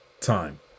time